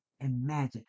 imagine